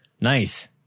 Nice